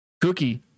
Cookie